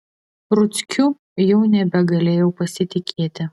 ruckiu jau nebegalėjau pasitikėti